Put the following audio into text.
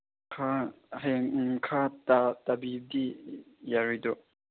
ꯈꯔ ꯍꯌꯦꯡ ꯈꯔ ꯇꯥꯕꯤꯕꯗꯤ ꯌꯥꯔꯣꯏꯗ꯭ꯔꯣ